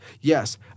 Yes